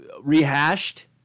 rehashed